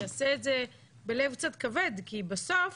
יעשה את זה בלב קצת כבד כי בסוף